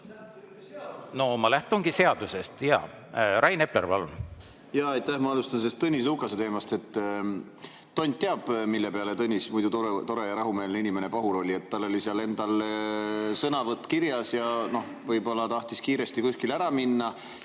No ma lähtungi seadusest, jaa. Rain Epler,